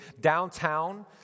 downtown